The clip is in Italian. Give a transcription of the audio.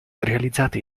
realizzate